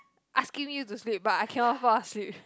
asking you to sleep but I cannot fall asleep